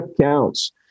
counts